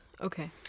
Okay